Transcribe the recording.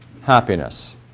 happiness